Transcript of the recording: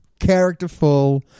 characterful